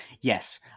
Yes